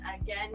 Again